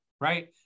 right